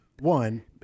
one